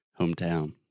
hometown